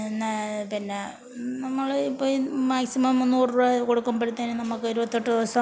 പിന്നെ നമ്മള് ഇപ്പം മാക്സിമം മുന്നൂറ് രൂപ കൊടുക്കുമ്പഴത്തേനും നമുക്ക് ഇരുപത്തെട്ട് ദിവസം